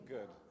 Good